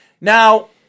Now